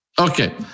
Okay